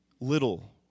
Little